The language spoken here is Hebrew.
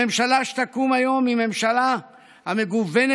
הממשלה שתקום היום היא הממשלה המגוונת